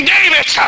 David